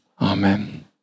Amen